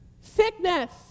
sickness